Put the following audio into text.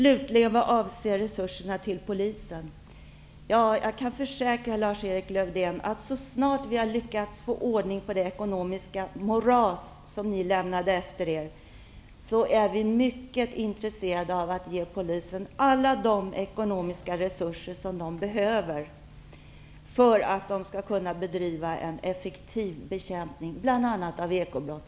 Vad avser resurserna till Polisen vill jag slutligen säga att jag kan försäkra Lars-Erik Lövdén, att så snart vi lyckats få ordning på det ekonomiska moras som ni lämnade efter er är vi mycket intresserade av att ge Polisen alla de ekonomiska resurser den behöver för att kunna bedriva effektiv bekämpning av bl.a. ekobrott.